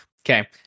Okay